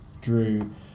drew